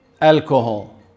alcohol